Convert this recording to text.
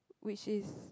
which is